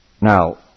Now